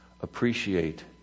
Appreciate